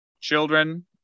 children